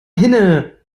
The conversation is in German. hinne